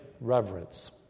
reverence